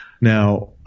Now